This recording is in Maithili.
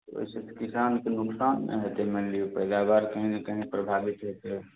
ओइसँ किसानके नोकसान हेतै मानि लिऽ पैदावार कहीं ने कहीं प्रभावित हेतै